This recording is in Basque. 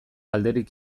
alderik